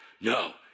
No